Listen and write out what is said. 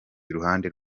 iruhande